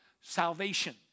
salvation